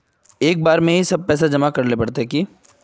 एक बार में ही सब पैसा जमा करले पड़ते की?